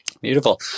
Beautiful